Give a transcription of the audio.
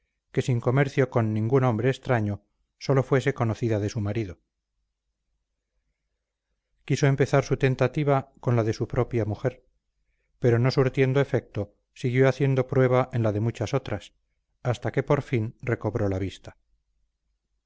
que sin comercio con ningún hombre extraño sólo fuese conocida de su marido quiso empezar su tentativa con la de su propia mujer pero no surtiendo efecto siguió haciendo prueba en la de muchas otras hasta que por fin recobró la vista